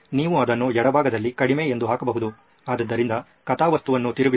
ನೀವು ಅದನ್ನು ಎಡಭಾಗದಲ್ಲಿ 'ಕಡಿಮೆ' ಎಂದು ಹಾಕಬಹುದು ಆದ್ದರಿಂದ ಕಥಾವಸ್ತುವನ್ನು ತಿರುಗಿಸಿ